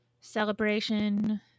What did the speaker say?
celebration